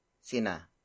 sina